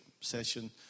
session